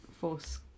force